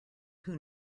who